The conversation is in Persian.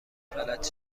فلج